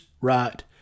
right